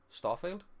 Starfield